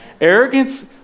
Arrogance